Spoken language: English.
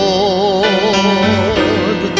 Lord